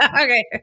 Okay